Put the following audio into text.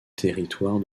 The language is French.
territoire